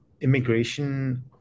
Immigration